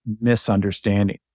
misunderstanding